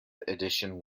edition